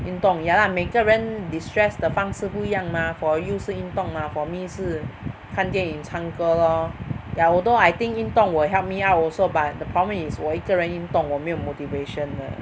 运动 ya lah 每个人 distress 的方式不一样 mah for you 是运动 mah for me 是看电影唱歌 lor yeah although I think 运动 will help me out also but the problem is 我一个人运动我没有 motivation 的